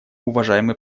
уважаемый